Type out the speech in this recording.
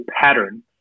pattern